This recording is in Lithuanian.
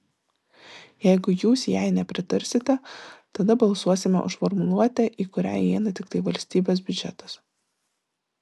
jeigu jūs jai nepritarsite tada balsuosime už formuluotę į kurią įeina tiktai valstybės biudžetas